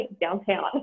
downtown